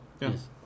Yes